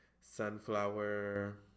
Sunflower